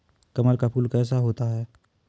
कमल का फूल कैसा होता है?